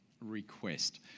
Request